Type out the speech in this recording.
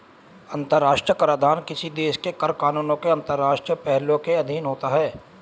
अंतर्राष्ट्रीय कराधान किसी देश के कर कानूनों के अंतर्राष्ट्रीय पहलुओं के अधीन होता है